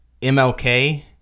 MLK